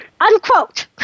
Unquote